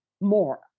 more